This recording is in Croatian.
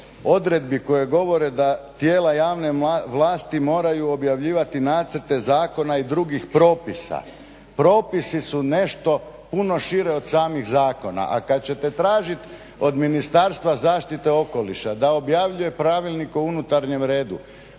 odredbi koje govore da tijela javne vlasti moraju objavljivati nacrte zakona i drugih propisa, propisi su nešto puno šire od samih zakona, a kad ćete tražiti od Ministarstva zaštite okoliša da objavljuje pravilnik o unutarnjem redu,